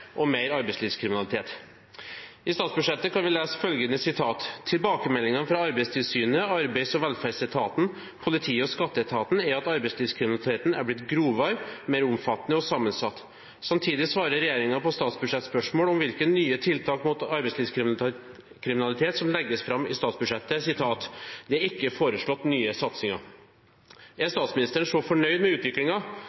og mer arbeidslivskriminalitet. I statsbudsjettet kan vi lese følgende: «Tilbakemeldingene fra Arbeidstilsynet, Arbeids- og velferdsetaten, politiet og Skatteetaten er at arbeidslivskriminaliteten er blitt grovere, mer omfattende og sammensatt.» Samtidig svarer regjeringen på statsbudsjettspørsmål om hvilke nye tiltak om arbeidslivskriminalitet som legges fram i statsbudsjettet, at det ikke er foreslått nye satsinger. Er